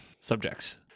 subjects